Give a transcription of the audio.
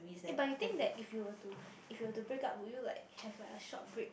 eh but you think that if you were to if you were to breakup would you like have like a short break